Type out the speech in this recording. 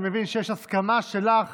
אני מבין שיש הסכמה שלך